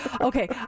Okay